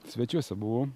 svečiuose buvau